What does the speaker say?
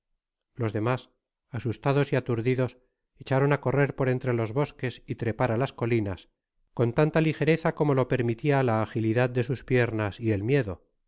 los demas asustados y aturdidos echaron á correr por entre los bosques y trepar á las colinas con tanta ligereza como lo permitia la agilidad de sus piernas y el miedo y